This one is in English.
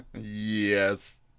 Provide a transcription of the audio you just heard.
Yes